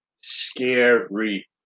Scary